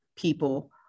people